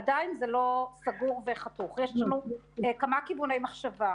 עדיין זה לא סגור וחתוך, יש לנו כמה כיווני מחשבה.